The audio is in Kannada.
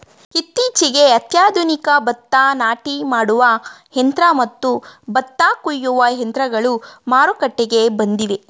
ಇತ್ತೀಚೆಗೆ ಅತ್ಯಾಧುನಿಕ ಭತ್ತ ನಾಟಿ ಮಾಡುವ ಯಂತ್ರ ಮತ್ತು ಭತ್ತ ಕೊಯ್ಯುವ ಯಂತ್ರಗಳು ಮಾರುಕಟ್ಟೆಗೆ ಬಂದಿವೆ